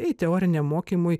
tai teoriniam mokymui